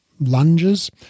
lunges